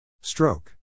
Stroke